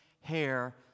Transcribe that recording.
hair